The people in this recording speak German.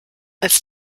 als